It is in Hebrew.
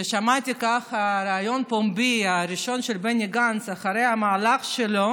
ששמעתי בה ריאיון פומבי ראשון של בני גנץ אחרי המהלך שבו